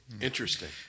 Interesting